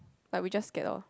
like we just gather